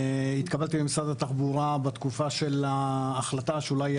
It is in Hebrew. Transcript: התקבלתי למשרד התחבורה בתקופה של ההחלטה שאולי היא